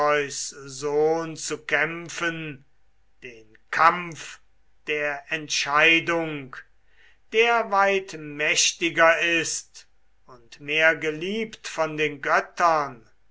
zu kämpfen dem kampf der entscheidung der weit mächtiger ist und mehr geliebt von den göttern